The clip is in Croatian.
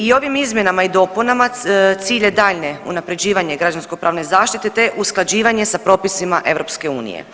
I ovim izmjenama i dopunama cilj je daljnje unapređivanja građansko pravne zaštite te usklađivanje sa propisima EU.